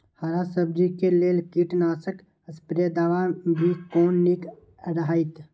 हरा सब्जी के लेल कीट नाशक स्प्रै दवा भी कोन नीक रहैत?